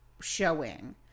showing